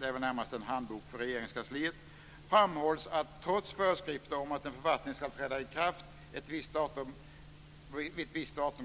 det är väl närmast en handbok för Regeringskansliet - framhålls att trots föreskrifter om att en författning ska träda i kraft ett visst datum